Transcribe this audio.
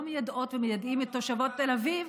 לא מיידעות ומיידעים את תושבות תל אביב,